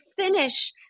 finish